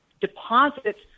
deposits